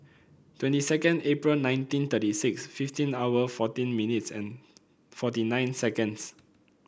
twenty second April nineteen thirty six fifteen hour fourteen minutes and forty nine seconds